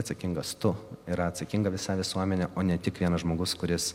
atsakingas tu yra atsakinga visa visuomenė o ne tik vienas žmogus kuris